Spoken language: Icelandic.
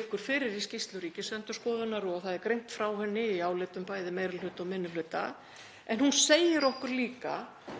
liggur fyrir í skýrslu Ríkisendurskoðunar og það er greint frá henni í álitum, bæði meiri hluta og minni hluta. En hún segir okkur líka